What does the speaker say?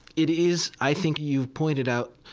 it is, i think you've pointed out,